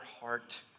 heart